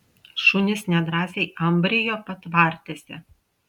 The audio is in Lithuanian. šunys nedrąsiai ambrijo patvartėse